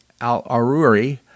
al-Aruri